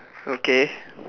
okay